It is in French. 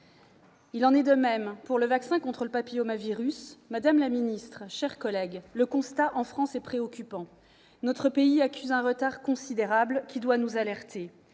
Il en est de même pour le vaccin contre le papillomavirus. Madame la ministre, mes chers collègues, le constat est préoccupant. Notre pays accuse un retard considérable qui doit nous alerter